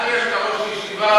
לנו יש את ראש הישיבה,